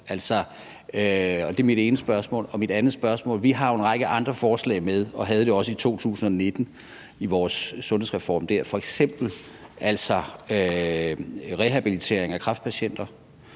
Det er mit ene spørgsmål. Det andet spørgsmål handler om, at vi jo har en række andre forslag med, og det havde vi også i 2019 i vores sundhedsreform dér, f.eks. rehabilitering af kræftpatienter,